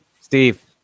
steve